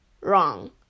wrong